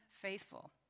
faithful